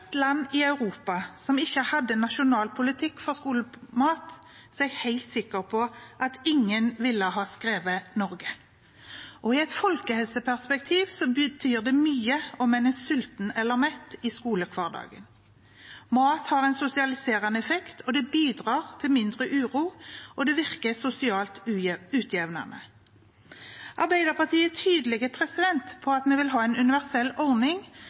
ett land i Europa som ikke hadde nasjonal politikk for skolemat, er jeg helt sikker på at ingen ville ha skrevet Norge. I et folkehelseperspektiv betyr det mye om en er sulten eller mett i skolehverdagen. Mat har en sosialiserende effekt. Det bidrar til mindre uro, og det virker sosialt utjevnende. Arbeiderpartiet er tydelig på at vi vil ha en universell ordning